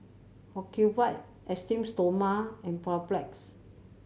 Ocuvite Esteem Stoma and Papulex